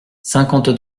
cinquante